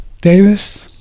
davis